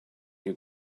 you